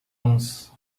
anos